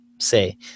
Say